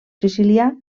sicilià